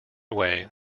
way